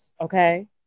Okay